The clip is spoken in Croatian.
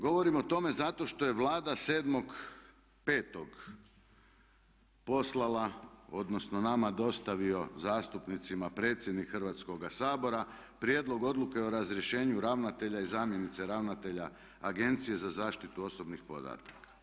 Govorim o tome zato što je Vlada 7.5. poslala odnosno nama dostavio zastupnicima predsjednik Hrvatskoga sabora prijedlog odluke o razrješenju ravnatelja i zamjenice ravnatelja Agencije za zaštitu osobnih podataka.